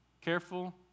careful